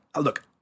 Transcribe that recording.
look